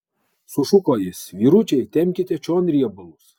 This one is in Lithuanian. sušuko jis vyručiai tempkite čion riebalus